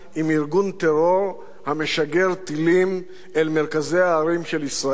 ארגון טרור המשגר טילים אל מרכזי הערים של ישראל